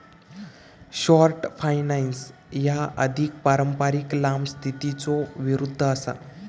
short finance ह्या अधिक पारंपारिक लांब स्थितीच्यो विरुद्ध असा